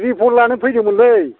report लानो फैदोंमोन